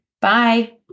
Bye